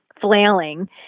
flailing